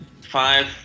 five